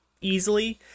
easily